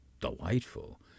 delightful